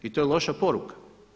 I to je loša poruka.